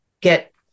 get